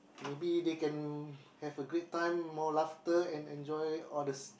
maybe they can have a great time more laughter and enjoy all the